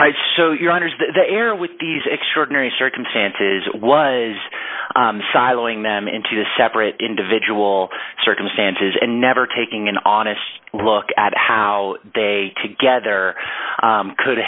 right so your honors that the air with these extraordinary circumstances was sidling them into a separate individual circumstances and never taking an honest look at how they together could